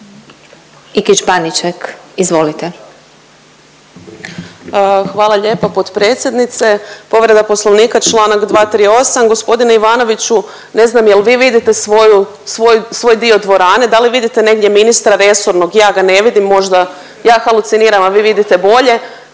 **Ikić-Baniček, Kristina (SDP)** Hvala lijepo potpredsjednice, povreda Poslovnika čl. 238.. Gospodine Ivanoviću, ne znam jel vi vidite svoju, svoj, svoj dio dvorane, da li vidite negdje ministra resornog? Ja ga ne vidim, možda ja haluciniram, a vi vidite bolje,